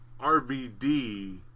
RVD